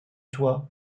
toi